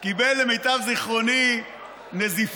הוא קיבל למיטב זיכרוני נזיפה.